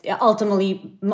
ultimately